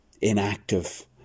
inactive